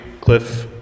Cliff